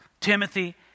Timothy